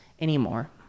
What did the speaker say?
anymore